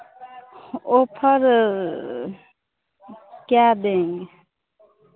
offer क्या देंगे